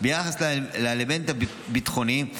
ביחס לאלמנט הביטחוני,